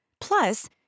Plus